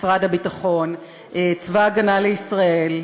משרד הביטחון,